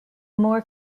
more